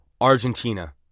Argentina